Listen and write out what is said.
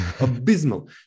abysmal